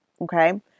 Okay